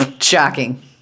Shocking